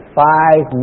five